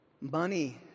Money